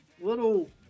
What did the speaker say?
little